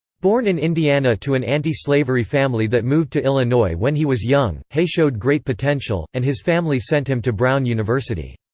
born in indiana to an anti-slavery family that moved to illinois when he was young, hay showed great potential, and his family sent him to brown university.